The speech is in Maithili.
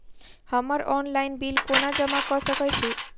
हम्मर ऑनलाइन बिल कोना जमा कऽ सकय छी?